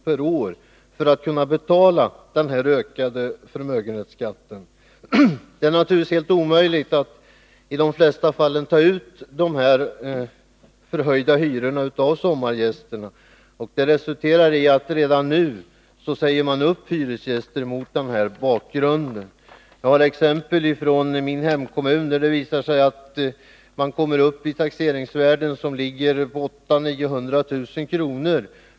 per år för att kunna betala den ökade förmögenhetsskatten. Det är naturligtvis i de flesta fall helt omöjligt att ta ut dessa förhöjda hyror av sommargästerna, och det resulterar i att man redan nu säger upp hyresgäster. Jag har exempel från min hemkommun, där det visar sig att man kommer upp i taxeringsvärden som ligger på 800 000-900 000 kr.